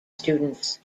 students